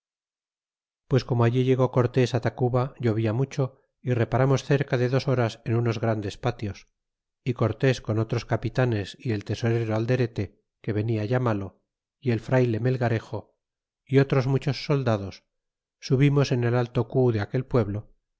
pues como allí llegó cortés tacuba llovia mucho y reparamos cerca de dos horas en unos grandes patios y cortes con otros capitanes y el tesorero alderete que venia ya malo y el frayle melgarejo y otros muchos soldados subimos en el alto cu de aquel pueblo